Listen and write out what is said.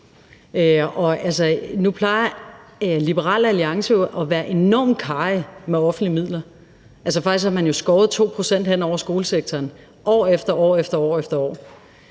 Nu plejer Liberal Alliance jo at være enormt karrige med offentlige midler – altså, faktisk har man jo skåret 2 pct. hen over skolesektoren år efter år,